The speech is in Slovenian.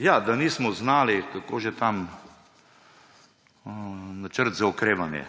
Ja, da nismo znali − kako že tam? Načrt za okrevanje.